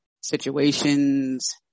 situations